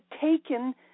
taken